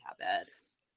habits